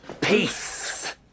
Peace